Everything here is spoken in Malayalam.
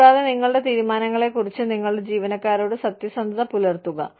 കൂടാതെ നിങ്ങളുടെ തീരുമാനങ്ങളെക്കുറിച്ച് നിങ്ങളുടെ ജീവനക്കാരോട് സത്യസന്ധത പുലർത്തുക